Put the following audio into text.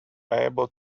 able